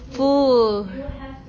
full